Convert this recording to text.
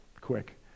quick